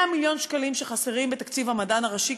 100 מיליון שקלים חסרים בתקציב המדען הראשי,